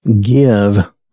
give